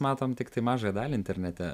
matom tiktai mažąją dalį internete